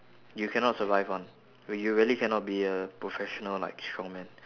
you cannot survive one you really cannot be a professional like strongman